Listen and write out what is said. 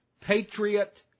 Patriot